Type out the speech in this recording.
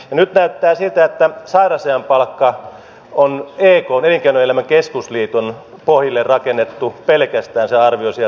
nyt näyttää siltä että sairausajan palkka on pelkästään ekn elinkeinoelämän keskusliiton pohjille rakennettu se arvio sieltä